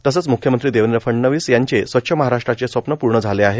तसेच मुख्यमंत्री देवेंद्र फडणवीस यांचे स्वच्छ महाराष्ट्राचे स्वप्न प्र्ण झाले आहे